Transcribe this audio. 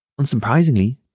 Unsurprisingly